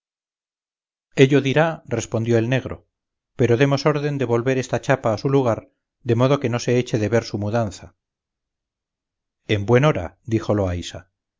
ello dirá respondió el negro pero demos orden de volver esta chapa a su lugar de modo que no se eche de ver su mudanza en buen hora dijo loaysa